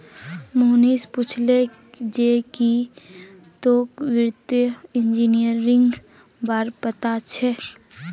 मोहनीश पूछले जे की तोक वित्तीय इंजीनियरिंगेर बार पता छोक